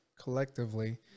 collectively